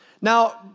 Now